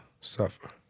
suffer